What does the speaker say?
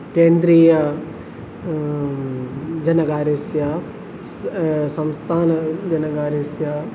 केन्द्रीय जनकार्यस्य संस्थानजनकार्यस्य